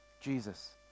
Jesus